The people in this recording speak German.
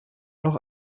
noch